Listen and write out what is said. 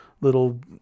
little